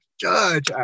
Judge